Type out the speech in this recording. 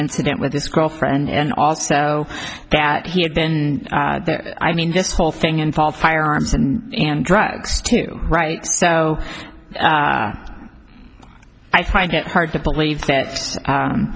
incident with this girlfriend and also that he had been i mean this whole thing unfold firearms and drugs too right so i find it hard to believe